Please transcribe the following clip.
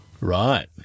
Right